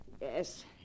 Yes